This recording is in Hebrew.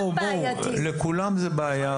לכולם זה בעיה.